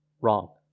Wrong